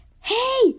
Hey